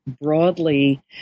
broadly